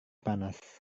panas